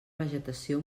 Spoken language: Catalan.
vegetació